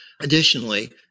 Additionally